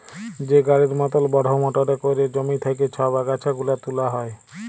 যে গাড়ির মতল বড়হ মটরে ক্যইরে জমি থ্যাইকে ছব আগাছা গুলা তুলা হ্যয়